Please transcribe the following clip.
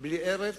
בלי ארץ,